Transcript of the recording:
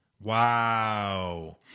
Wow